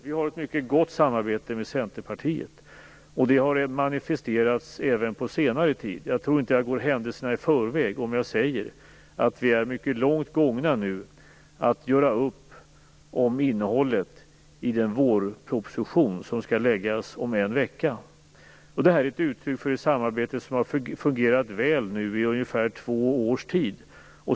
Vi har ett mycket gott samarbete med Centerpartiet, och det har manifesterats även på senare tid. Jag tror inte att jag går händelserna i förväg om jag säger att vi är mycket långt komna när det gäller att göra upp om innehållet i den vårproposition som skall läggas fram om en vecka. Det är ett uttryck för ett samarbete som har fungerat väl i ungefär två års tid.